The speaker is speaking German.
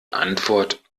antwort